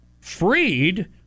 freed